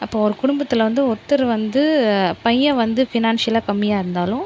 அப்போ ஒரு குடும்பத்தில் வந்து ஒருத்தர் வந்து பையன் வந்து ஃபினான்ஸியலாக கம்மியாக இருந்தாலும்